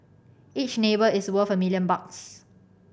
each neighbour is worth a million bucks